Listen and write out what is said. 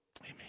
Amen